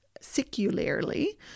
secularly